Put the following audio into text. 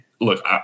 look